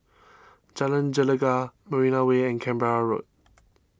Jalan Gelegar Marina Way and Canberra Road